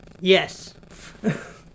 Yes